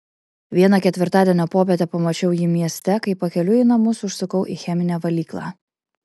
vieną ketvirtadienio popietę pamačiau jį mieste kai pakeliui į namus užsukau į cheminę valyklą